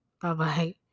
Bye-bye